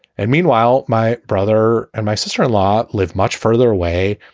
and meanwhile, my brother and my sister in law live much further away.